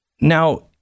Now